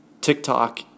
TikTok